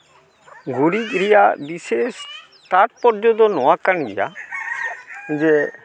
ᱜᱩᱨᱤᱡ ᱨᱮᱭᱟᱜ ᱵᱤᱥᱮᱥᱚ ᱛᱟᱛᱯᱚᱨᱡᱚ ᱫᱚ ᱱᱚᱣᱟ ᱠᱟᱱ ᱜᱮᱭᱟ ᱡᱮ